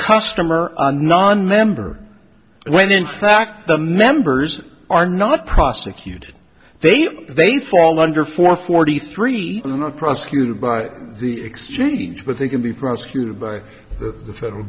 customer a nonmember when in fact the members are not prosecuted they they fall under four forty three in the prosecuted by the exchange but they can be prosecuted by the federal